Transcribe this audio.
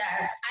Yes